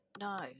No